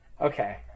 Okay